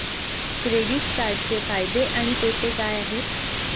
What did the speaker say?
Credit कार्डचे फायदे आणि तोटे काय आहेत?